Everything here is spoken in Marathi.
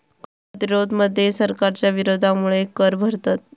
कर प्रतिरोध मध्ये सरकारच्या विरोधामुळे कर भरतत